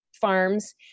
farms